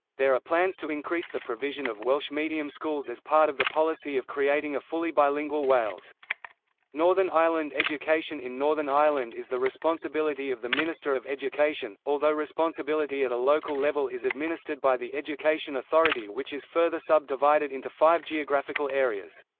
there are plans to increase the provision of welsh-medium schools as part of the policy of creating a fully bilingual wales northern ireland education in northern ireland is the responsibility of the minister of education, although responsibility at a local level is administered by the education authority which is further sub-divided into five geographical areas.